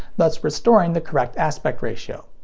thus restoring the correct aspect ratio.